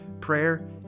prayer